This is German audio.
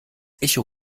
echo